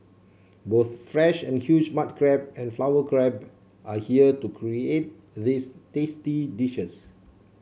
both fresh and huge mud crab and flower crab are here to create these tasty dishes